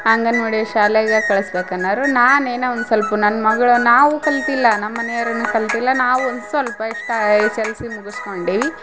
ಅಂಗನವಾಡಿ ಶಾಲೆಗೆ ಕಳ್ಸ್ಬೇಕು ಅನ್ನರು ನಾನು ಏನೋ ಒಂದ್ ಸೊಲ್ಪ ನನ್ನ ಮಗ್ಳು ನಾವು ಕಲ್ತಿಲ್ಲ ನಮ್ಮ ಮನಿಯವರ್ ಏನು ಕಲ್ತಿಲ್ಲ ನಾವು ಒಂದ್ ಸ್ವಲ್ಪ ಎಷ್ಟ ಎಸ್ ಎಸ್ ಎಲ್ ಸಿ ಮುಗಿಸ್ಕೊಂಡು